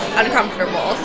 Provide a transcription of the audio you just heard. uncomfortable